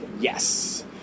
Yes